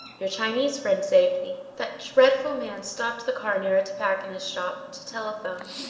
your chinese friend saved me. that dreadful man stopped the cab near a tobacconist's shop to telephone.